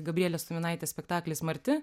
gabrielės tuminaitės spektaklis marti